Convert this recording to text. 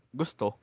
gusto